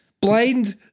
blind